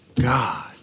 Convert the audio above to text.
God